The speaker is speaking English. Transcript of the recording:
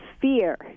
fear